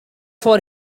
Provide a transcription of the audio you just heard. for